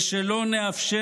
ושלא נאפשר